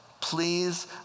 Please